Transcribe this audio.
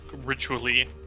Ritually